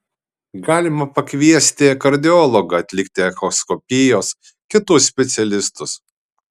galima pakviesti kardiologą atlikti echoskopijos kitus specialistus